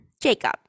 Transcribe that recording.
jacob